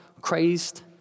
crazed